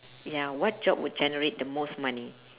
ya what job would generate the most money